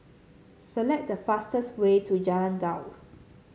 select the fastest way to Jalan Daud